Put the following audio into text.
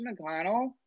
McConnell